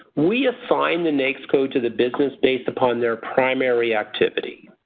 we assign the naics code to the business based upon their primary activity.